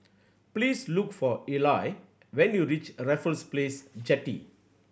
please look for Eli when you reach Raffles Place Jetty